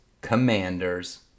Commanders